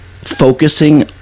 focusing